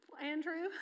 Andrew